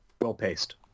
well-paced